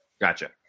Gotcha